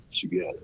together